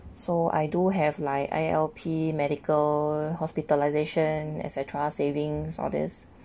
so I do have like I_L_P medical hospitalisation et cetera saving all this